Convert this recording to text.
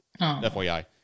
FYI